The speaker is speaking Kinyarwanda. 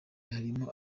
harimo